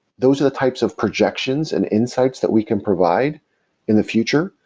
those are the types of projections and insights that we can provide in the future,